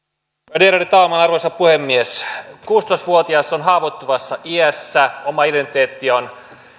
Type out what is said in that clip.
värderade talman arvoisa puhemies kuusitoista vuotias on haavoittuvassa iässä oma identiteetti on